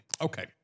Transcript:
Okay